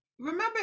Remember